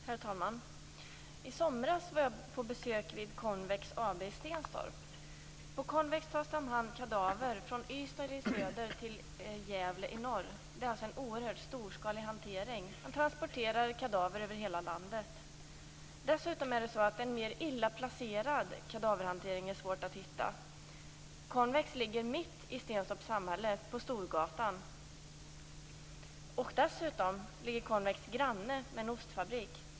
Herr talman! I somras var jag på besök vid Konvex AB i Stenstorp. På Konvex tar man hand om kadaver från Ystad i söder till Gävle i norr. Det är alltså en oerhört storskalig hantering. Man transporterar kadaver över hela landet. En mer illa placerad kadaverhantering än denna är svår att hitta. Konvex ligger mitt i Stenstorps samhälle, på Storgatan. Dessutom ligger Konvex granne med en ostfabrik.